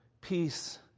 Peace